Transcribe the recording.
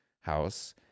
House